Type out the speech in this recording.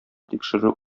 тикшерү